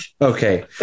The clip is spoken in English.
okay